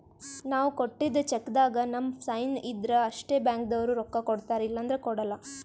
ನಾವ್ ಕೊಟ್ಟಿದ್ದ್ ಚೆಕ್ಕ್ದಾಗ್ ನಮ್ ಸೈನ್ ಇದ್ರ್ ಅಷ್ಟೇ ಬ್ಯಾಂಕ್ದವ್ರು ರೊಕ್ಕಾ ಕೊಡ್ತಾರ ಇಲ್ಲಂದ್ರ ಕೊಡಲ್ಲ